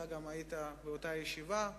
גם היית באותה ישיבה.